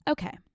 Okay